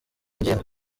ngingo